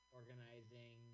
organizing